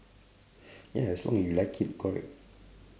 ya as long you like it correct